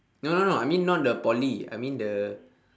no no no I mean not the poly I mean the